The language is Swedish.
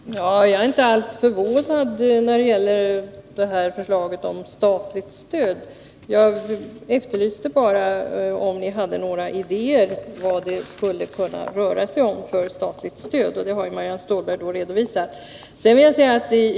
Herr talman! Jag är inte alls förvånad när det gäller det här förslaget om statligt stöd. Jag efterlyste bara om ni hade några idéer om vad det skulle röra sig om för statligt stöd, och det har Marianne Stålberg redovisat.